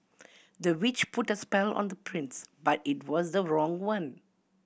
the witch put a spell on the prince but it was the wrong one